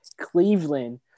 Cleveland